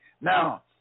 Now